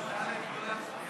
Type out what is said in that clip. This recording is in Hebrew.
היושב-ראש מחכה